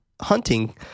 hunting